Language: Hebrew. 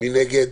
מי נגד?